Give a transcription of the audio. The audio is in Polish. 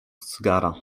cygara